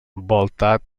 voltat